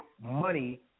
money